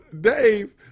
Dave